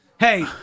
Hey